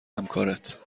همکارت